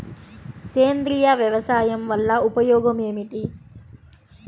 సేంద్రీయ వ్యవసాయం వల్ల ఉపయోగం ఏమిటి?